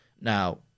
now